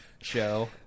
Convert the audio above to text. show